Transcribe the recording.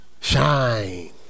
shine